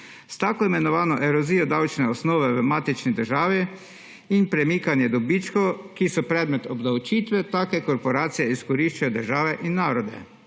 S tako imenovano erozijo davčne osnove v matični državi in premikanjem dobičkov, ki so predmet obdavčitve, take korporacije izkoriščajo države in narode.